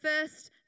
first